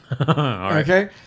Okay